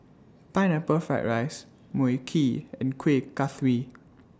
Pineapple Fried Rice Mui Kee and Kuih Kaswi